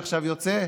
שעכשיו יוצא?